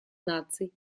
наций